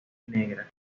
negra